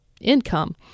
income